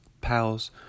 pals